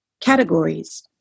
categories